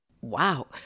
Wow